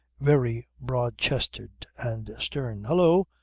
very broad-chested and stern. hallo!